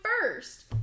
first